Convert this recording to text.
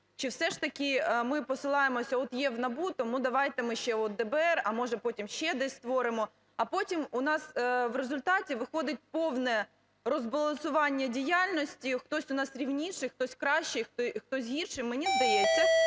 чи все ж таки ми посилаємося: от є в НАБУ, тому давайте ми ще от ДБР, а може, потім ще десь створимо. А потім у нас в результаті виходить повне розбалансування діяльності: хтось у нас рівніший, хтось кращий, хтось гірший. Мені здається,